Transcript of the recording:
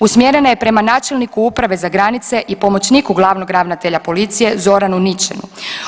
Usmjerena je prema načelniku Uprave za granice i pomoćniku glavnog ravnatelja policije Zoranu Ničenu.